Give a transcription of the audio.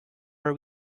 are